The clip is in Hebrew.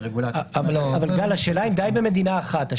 אבל השאלה היא האם די במדינה אחת.